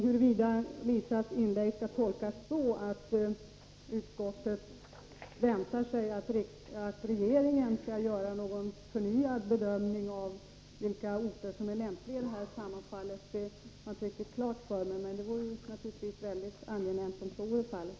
Huruvida Lisa Mattsons inlägg skall tolkas så, att utskottet väntar sig att regeringen skall göra en förnyad bedömning av vilka orter som är lämpliga i det här sammanhanget, har jag inte riktigt klart för mig. Det vore naturligtvis mycket angenämt om så vore fallet.